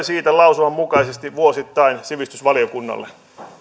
siitä lausunnon mukaisesti vuosittain sivistysvaliokunnalle